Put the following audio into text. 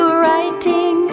writing